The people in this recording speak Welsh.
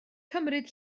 cymryd